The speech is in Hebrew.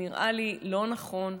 זה נראה לי לא נכון,